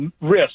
risk